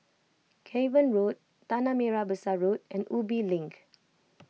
Cavan Road Tanah Merah Besar Road and Ubi Link